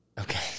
Okay